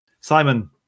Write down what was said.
Simon